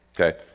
Okay